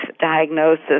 diagnosis